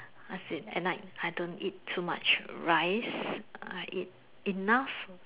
as in at night I don't eat too much rice I eat enough